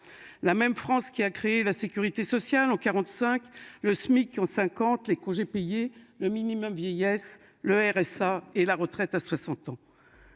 la même France qui a créé la Sécurité sociale en 45, le SMIC qui ont 50, les congés payés, le minimum vieillesse, le RSA et la retraite à 60 ans.